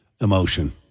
emotion